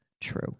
true